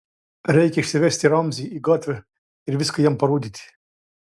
reikia išsivesti ramzį į gatvę ir viską jam parodyti